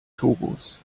togos